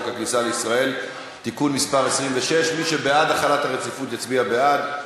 הכניסה לישראל (תיקון מס' 26). מי שבעד החלת הרציפות יצביע בעד,